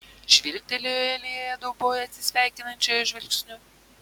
žvilgtelėjo į alėją dauboj atsisveikinančiojo žvilgsniu